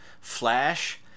Flash